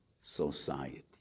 society